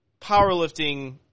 powerlifting